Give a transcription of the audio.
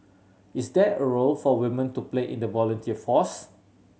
is there a role for women to play in the volunteer force